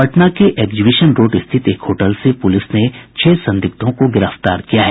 पटना के exhibition road स्थित एक होटल से पुलिस ने छह संदिग्धों को गिरफ्तार किया है